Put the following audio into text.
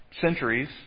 centuries